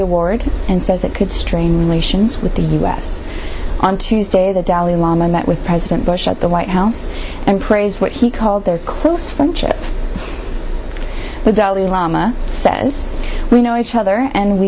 award and says it could strain relations with the u s on tuesday the dalai lama met with president bush at the white house and praised what he called their close friendship with dalai lama says we know each other and we